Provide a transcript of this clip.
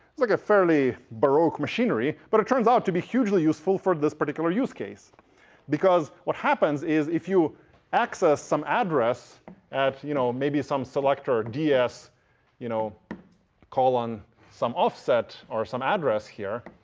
like a fairly baroque machinery, but it turns out to be hugely useful for this particular use case because what happens is if you access some address at you know maybe some selector ds you know um some offset or some address here,